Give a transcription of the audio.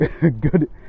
Good